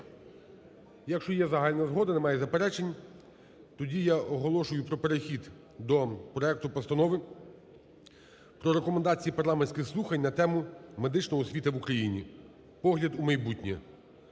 Якщо є загальна згода, немає заперечень, тоді я оголошую про перехід до проекту Постанови про Рекомендації парламентських слухань на тему: "Медична освіта в Україні: погляд у майбутнє".